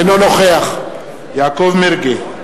אינו נוכח יעקב מרגי,